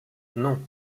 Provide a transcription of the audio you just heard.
non